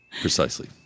Precisely